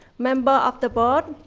member of the board,